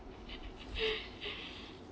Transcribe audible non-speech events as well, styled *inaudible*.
*laughs*